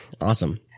Awesome